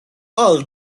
all